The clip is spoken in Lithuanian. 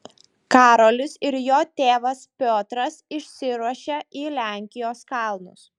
karolis ir jo tėvas piotras išsiruošia į lenkijos kalnus